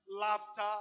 laughter